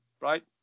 right